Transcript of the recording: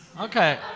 okay